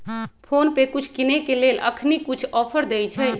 PhonePe कुछ किनेय के लेल अखनी कुछ ऑफर देँइ छइ